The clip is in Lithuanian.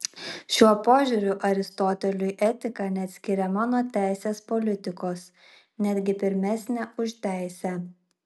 šiuo požiūriu aristoteliui etika neatskiriama nuo teisės politikos netgi pirmesnė už teisę